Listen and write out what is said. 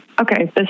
okay